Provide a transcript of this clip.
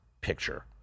Picture